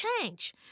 change